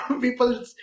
people